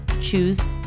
choose